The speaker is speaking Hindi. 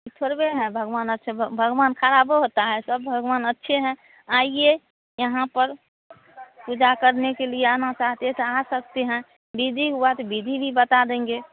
यह थोड़े है भगवान अच्छे भगवान खराब भी होते हैं सब भगवान अच्छे हैं आइए यहाँ पर पूजा करने के लिए आना चाहते हैं तो आ सकते हैं विधि हुआ तो विधि भी बता देंगे